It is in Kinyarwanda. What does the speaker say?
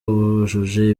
bujuje